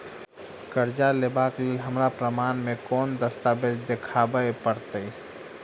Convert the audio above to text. करजा लेबाक लेल हमरा प्रमाण मेँ कोन दस्तावेज देखाबऽ पड़तै?